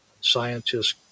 Scientists